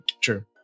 True